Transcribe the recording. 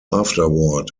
afterward